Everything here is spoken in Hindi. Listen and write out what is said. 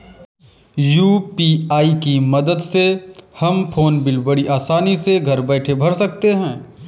यू.पी.आई की मदद से हम फ़ोन बिल बड़ी आसानी से घर बैठे भर सकते हैं